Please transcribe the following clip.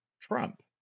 Trump